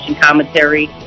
commentary